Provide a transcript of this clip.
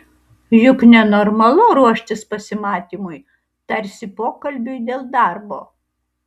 juk nenormalu ruoštis pasimatymui tarsi pokalbiui dėl darbo